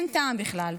אין טעם בכלל.